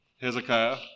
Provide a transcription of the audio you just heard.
Hezekiah